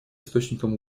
источником